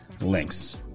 links